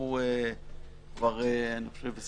שחלפו כבר 25